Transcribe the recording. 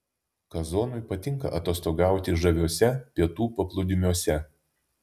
kazonui patinka atostogauti žaviuose pietų paplūdimiuose